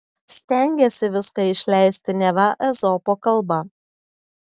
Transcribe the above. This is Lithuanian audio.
stengėsi viską išleisti neva ezopo kalba